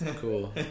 cool